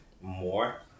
more